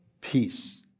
peace